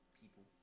people